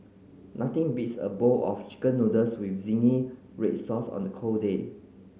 nothing beats a bowl of chicken noodles with zingy red sauce on the cold day